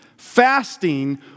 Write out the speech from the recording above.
Fasting